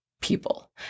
people